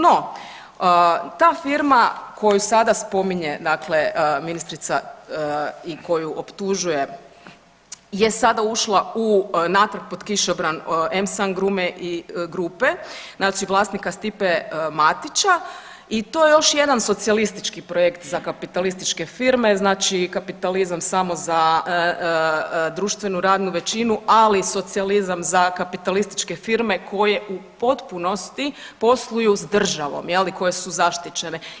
Ni, ta firma koju sada spominje ministrica i koju optužuje je sada ušla u, natrag pod kišobran M SAN Grupe, znači vlasnika Stipa Matića i to je još jedan socijalistički projekt za kapitalističke firme, znači kapitalizam samo za društvenu radnu većinu, ali socijalizam za kapitalističke firme koje u potpunosti posluju s državom, je li koje su zaštićene.